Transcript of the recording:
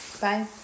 Bye